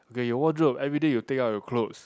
okay your wardrobe every day you take out your clothes